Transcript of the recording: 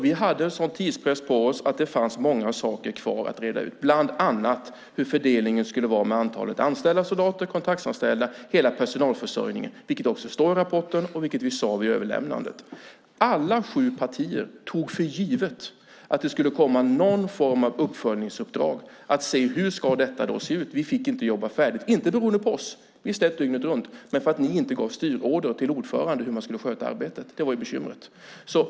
Vi hade sådan tidspress på oss att det fanns många saker kvar att reda ut, bland annat hur fördelningen skulle vara med antalet anställda soldater, kontraktsanställda och hela personalförsörjningen. Det står i rapporten, och vi sade det vid överlämnandet. Alla sju partier tog för givet att det skulle komma någon form av uppföljningsuppdrag att se på hur detta ska se ut. Vi fick inte jobba färdigt. Det berodde inte på oss, vi slet dygnet runt, men för att ni inte gav styrorder till ordföranden om hur arbetet skulle skötas. Det var bekymret.